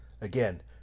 Again